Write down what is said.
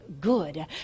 good